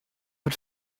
but